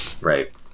Right